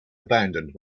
abandoned